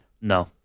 No